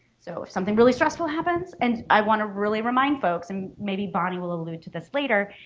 so if something really stressful happens and i want to really remind folks and maybe bonnie will allude to this later,